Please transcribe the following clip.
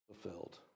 fulfilled